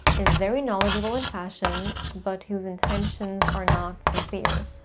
is very knowledgeable in fashion but who's intentions are not sincere?